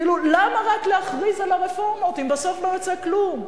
למה רק להכריז על הרפורמות אם בסוף לא יוצא כלום?